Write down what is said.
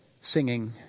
singing